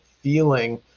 feeling